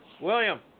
William